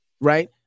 Right